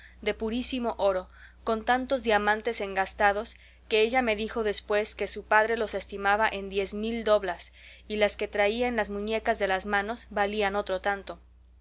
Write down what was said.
de purísimo oro con tantos diamantes engastados que ella me dijo después que su padre los estimaba en diez mil doblas y las que traía en las muñecas de las manos valían otro tanto